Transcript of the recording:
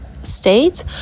state